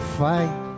fight